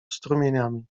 strumieniami